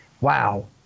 wow